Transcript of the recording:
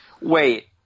Wait